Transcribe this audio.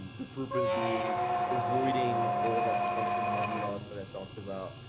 the purpose being avoiding all that potential money loss that i've talked about,